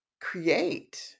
create